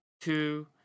two